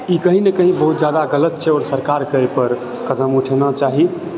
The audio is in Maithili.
ई कही ने कही बहुत जादा गलत छै आओर सरकारके एहि पर कदम उठेना चाही